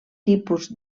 tipus